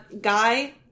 guy